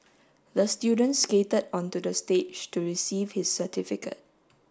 the student skated onto the stage to receive his certificate